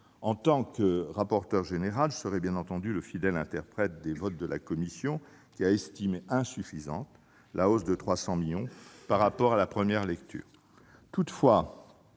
En tant que rapporteur général, je serai, bien entendu, le fidèle interprète des votes de la commission, laquelle a estimé insuffisante la hausse de 300 millions d'euros par rapport à la première lecture.